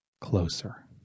closer